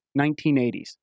1980s